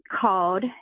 called